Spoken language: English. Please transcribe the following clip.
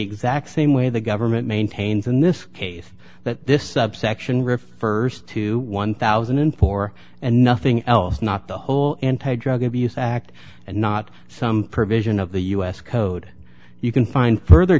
exact same way the government maintains in this case that this subsection refers to one thousand and four and nothing else not the whole anti drug abuse act and not some provision of the us code you can find further